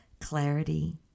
clarity